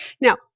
Now